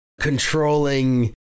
controlling